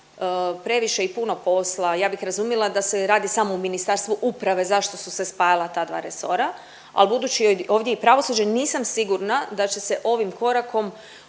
previše i puno posla. Ja bih razumila da se radi samo u Ministarstvu uprave zašto su se spajala ta dva resora, ali budući je ovdje i pravosuđe nisam sigurna da će se ovim korakom